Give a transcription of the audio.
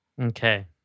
Okay